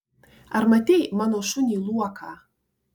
ar matei mano šunį luoką